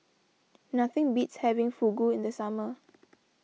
nothing beats having Fugu in the summer